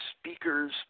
speakers